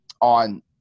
on